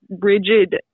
Rigid